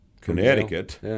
Connecticut